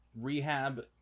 rehab